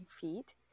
feet